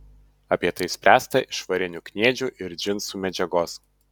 apie tai spręsta iš varinių kniedžių ir džinsų medžiagos